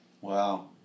Wow